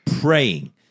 Praying